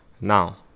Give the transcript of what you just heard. Now